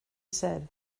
said